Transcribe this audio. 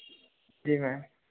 जी ma'am